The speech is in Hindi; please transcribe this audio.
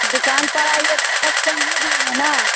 दुकान पर आइएगा तब कम हो ना